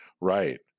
right